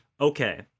okay